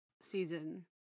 season